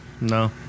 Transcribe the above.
no